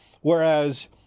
Whereas